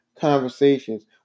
conversations